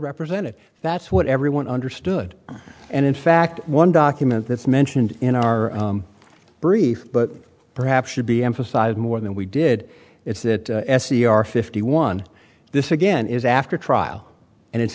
represented that's what everyone understood and in fact one document that's mentioned in our brief but perhaps should be emphasized more than we did it's that s t r fifty one this again is after trial and it's